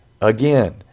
again